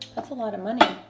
that's a lot of money.